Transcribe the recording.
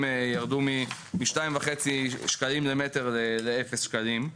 ירדו משני שקלים וחצי למטר לאפס שקלים,